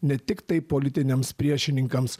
ne tiktai politiniams priešininkams